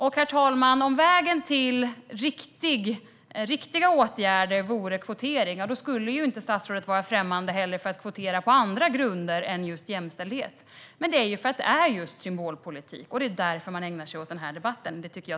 Om vägen till riktiga åtgärder vore kvotering skulle statsrådet inte vara främmande för att kvotera på andra grunder än just jämställdhet. Men det är just symbolpolitik, och det därför man ägnar sig åt den här debatten.